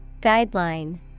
Guideline